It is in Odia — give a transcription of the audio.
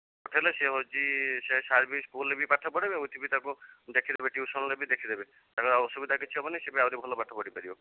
ପଠେଇଲେ ସିଏ ହେଉଛି ସେ ସାର୍ ବି ସ୍କୁଲ୍ ରେ ବି ପାଠ ପଢ଼େଇବେ ଉଇଥ୍ ବି ତା'କୁ ଦେଖିଦେବେ ଟ୍ୟୁସନ୍ ରେ ବି ଦେଖିଦେବେ ତା'ର ଆଉ ଅସୁବିଧା କିଛି ହେବନି ସିଏ ବି ଆହୁରି ଭଲ ପାଠ ପଢ଼ିପାରିବ